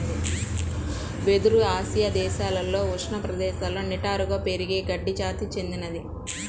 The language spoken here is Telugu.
వెదురు ఆసియా దేశాలలో ఉష్ణ ప్రదేశాలలో నిటారుగా పెరిగే గడ్డి జాతికి చెందినది